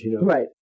right